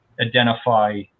identify